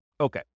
Okay